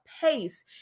pace